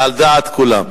זה על דעת כולם.